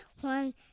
One